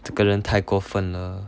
这个人太过分了